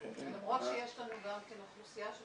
למרות שיש לנו גם כן אוכלוסייה של